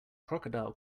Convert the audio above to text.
crocodile